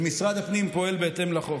ומשרד הפנים פועל בהתאם לחוק.